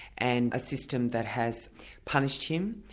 and a system that has punished him,